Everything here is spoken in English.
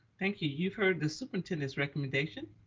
thank you. you've heard the superintendent's recommendation.